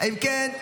אם כן,